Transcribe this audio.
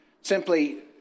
simply